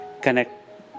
connect